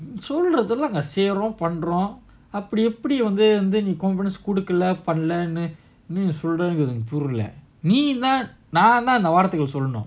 நீசொல்லறதுஎல்லாம்நான்செய்றோம்பண்ணறோம்அப்றம்எப்படிநீவந்து:ni sollaradhu ellam naan seiren pannaren apram eppadi ni vandhu importance குடுக்கலபண்ணலனுநீசொல்லறதுஎனக்குபுரியலநீஎன்னசொல்லறதுநான்இல்லஅதகேக்கணும்:kudukkala pannalanu ni sollaredhu enakku puriyala ni enna sollaradhu naan illa athu kekkanum